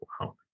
Wow